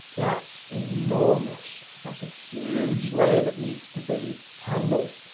that's enormous. that's a huge layer that needs to be handled.